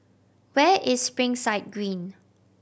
where is Springside Green